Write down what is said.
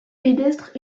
pédestre